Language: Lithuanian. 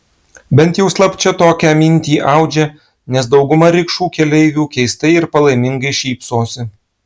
bent jau slapčia tokią mintį audžia nes dauguma rikšų keleivių keistai ir palaimingai šypsosi